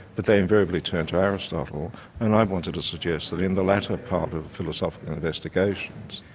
but they invariably turn to aristotle and i wanted to suggest that in the latter part of philosophical investigations,